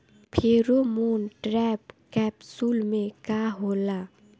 Pheromone trap capsule में का होला?